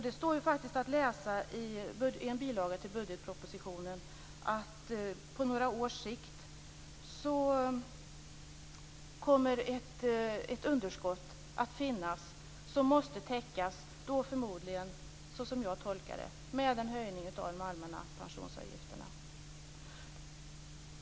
Det står faktiskt att läsa i en bilaga till budgetpropositionen att på några års sikt kommer ett underskott att finnas, som måste täckas, då förmodligen som jag tolkar det med en höjning av de allmänna pensionsavgifterna.